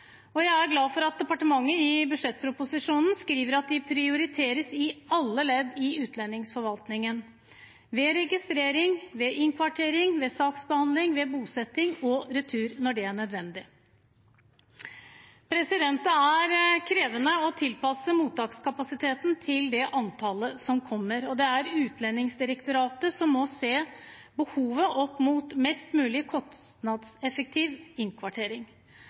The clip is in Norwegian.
situasjon. Jeg er glad for at departementet i budsjettproposisjonen skriver at de prioriteres i alle ledd i utlendingsforvaltningen: ved registrering, ved innkvartering, ved saksbehandling, ved bosetting og ved retur når det er nødvendig. Det er krevende å tilpasse mottakskapasiteten til det antallet som kommer, og det er Utlendingsdirektoratet som må se behovet opp mot mest mulig kostnadseffektiv innkvartering.